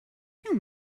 too